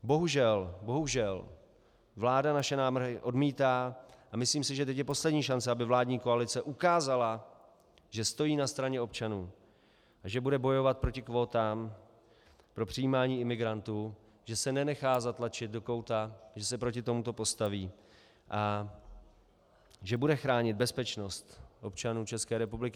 Bohužel, bohužel vláda naše návrhy odmítá a myslím si, že teď je poslední šance, aby vládní koalice ukázala, že stojí na straně občanů a že bude bojovat proti kvótám pro přijímání imigrantů, že se nenechá zatlačit do kouta, že se proti tomuto postaví a že bude chránit bezpečnost občanů České republiky.